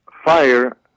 fire